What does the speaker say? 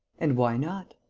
and why not?